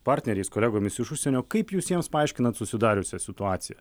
partneriais kolegomis iš užsienio kaip jūs jiems paaiškinat susidariusią situaciją